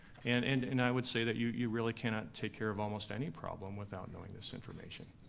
and and and i would say that you you really cannot take care of almost any problem without knowing this information.